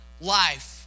life